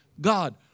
God